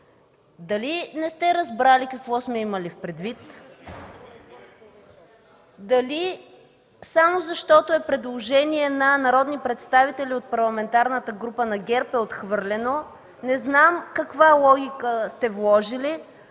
Дали не сте разбрали какво сме имали предвид, дали само защото е предложение на народни представители от Парламентарната група на ГЕРБ е отхвърлено? (Реплика от